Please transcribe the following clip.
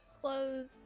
clothes